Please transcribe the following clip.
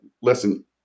listen